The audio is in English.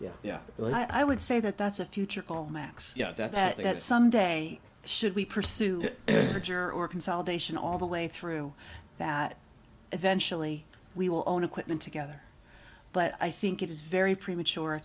yeah yeah well i would say that that's a future max that someday should we pursue a juror or consolidation all the way through that eventually we will own equipment together but i think it is very premature